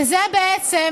ובעצם,